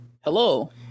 Hello